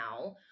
now